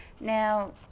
Now